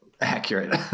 accurate